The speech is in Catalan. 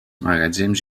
magatzems